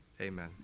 amen